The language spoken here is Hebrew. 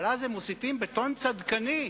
אבל אז הם מוסיפים בטון צדקני,